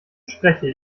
spreche